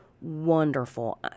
wonderful